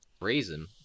reason